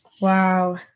Wow